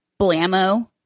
blammo